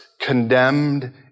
condemned